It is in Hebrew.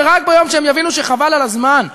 ורק ביום שהם יבינו שחבל על הזמן,